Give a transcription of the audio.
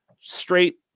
straight